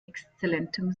exzellentem